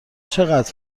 چقدر